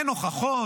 אין הוכחות,